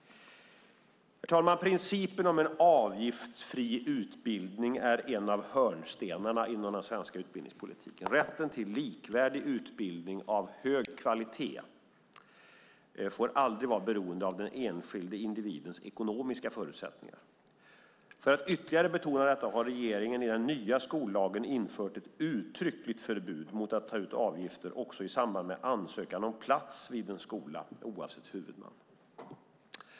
Herr talman! Principen om en avgiftsfri utbildning är en av hörnstenarna inom den svenska utbildningspolitiken. Rätten till likvärdig utbildning av hög kvalitet får aldrig vara beroende av den enskilda individens ekonomiska förutsättningar. För att ytterligare betona detta har regeringen i den nya skollagen infört ett uttryckligt förbud mot att ta ut avgifter i samband med ansökan om plats vid en skola oavsett huvudman.